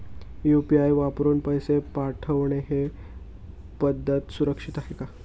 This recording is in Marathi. यु.पी.आय वापरून पैसे पाठवणे ही पद्धत सुरक्षित आहे का?